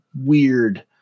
weird